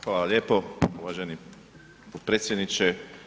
Hvala lijepo uvaženi potpredsjedniče.